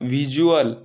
visual